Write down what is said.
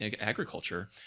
agriculture